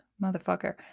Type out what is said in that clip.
motherfucker